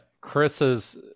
Chris's